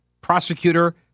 prosecutor